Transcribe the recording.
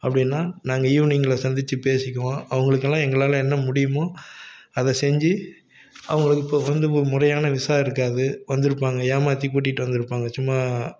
அப்படின்னா நாங்க ஈவ்னிங்ல சந்திச்சு பேசிக்குவோம் அவங்களுக்கெல்லாம் எங்களால் என்ன முடியுமோ அதை செஞ்சு அவங்களுக்கு இப்போ வந்து ஒரு முறையான விசா இருக்காது வந்திருப்பாங்க ஏமாற்றி கூட்டிகிட்டு வந்திருப்பாங்க சும்மா